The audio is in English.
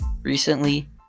Recently